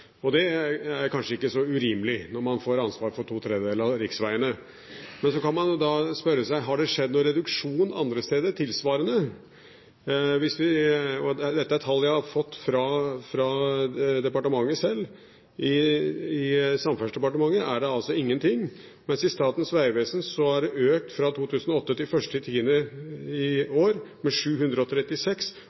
Det er kanskje ikke så urimelig, når man får ansvar for ⅔ av riksvegene. Men så kan man jo spørre seg: Har det skjedd noen tilsvarende reduksjon andre steder? Dette er tall jeg har fått fra departementet selv: I Samferdselsdepartementet er det altså ingen ting, mens i Statens vegvesen har det økt fra 2008 til 1. oktober i år med 736